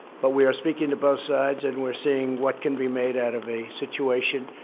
but we are speaking to both sides, and we're seeing what can be made out of a situation.